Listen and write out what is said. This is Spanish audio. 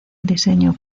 diseño